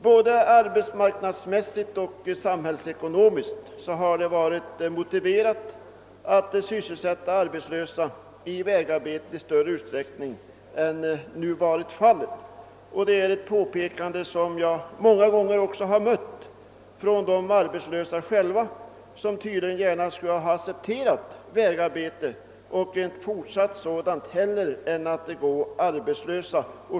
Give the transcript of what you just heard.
Både arbetsmarknadsmässigt och samhällsekonomiskt hade det varit motiverat att sysselsätta de arbetslösa med vägarbeten i större utsträckning än som varit fallet. Detta är ett påpekande som jag många gånger mött från de arbetslösa själva, som tydligen hellre skulle ha accepterat fortsatt vägarbete än arbetslöshet.